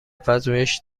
پژوهش